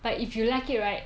but if you like it right